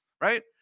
Right